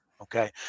Okay